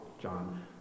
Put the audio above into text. John